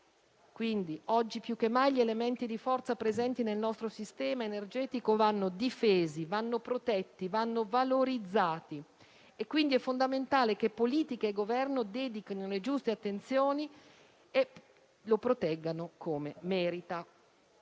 Quindi oggi più che mai gli elementi di forza presenti nel nostro sistema energetico vanno difesi, protetti e valorizzati. È fondamentale che politica e Governo gli dedichino le giuste attenzioni e lo proteggano come merita.